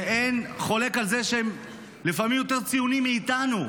שאין חולק על זה שהם לפעמים יותר ציונים מאיתנו.